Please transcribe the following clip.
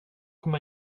komma